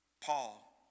Paul